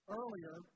earlier